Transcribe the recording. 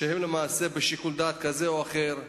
שזה למעשה שיקול דעת כזה או אחר,